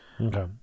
Okay